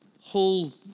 whole